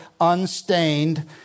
unstained